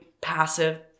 passive